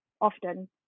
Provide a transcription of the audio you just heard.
often